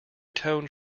tone